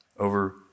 over